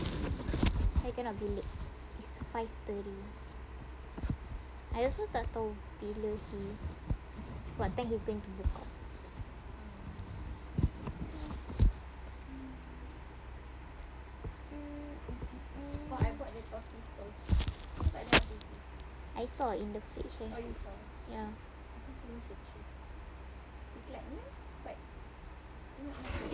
I cannot be late it's five thirty I also tak tahu bila he what time he's going to book out I saw in the fridge ya